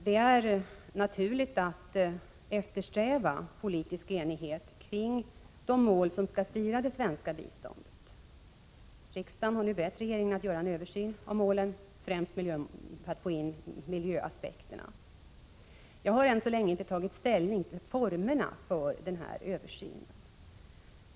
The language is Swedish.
Det är naturligt att eftersträva politisk enighet kring de mål som skall styra det svenska biståndet. Riksdagen har alltså nu bett regeringen att göra en översyn av målen, främst för att få in miljöaspekterna. Jag har ännu inte tagit ställning till formerna för denna översyn.